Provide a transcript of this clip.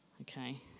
Okay